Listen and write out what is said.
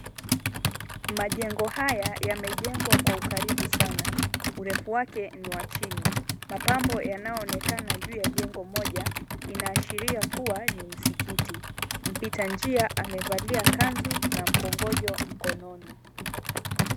Majengo haya yamejengwa kwa ukaribu sana, urefu wake ni wa chini, mapambo yanayoonekana juu ya jengo moja inaashiria kuwa ni misikiti. Mpita njia amevalia kanzu na mkongojo mikononi.